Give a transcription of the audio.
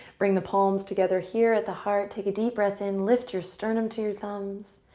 bring the palms together here at the heart. take a deep breath in. lift your sternum to your thumbs.